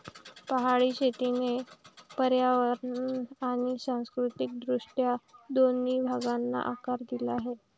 पहाडी शेतीने पर्यावरण आणि सांस्कृतिक दृष्ट्या दोन्ही भागांना आकार दिला आहे